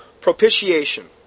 Propitiation